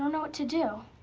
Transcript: know what to do.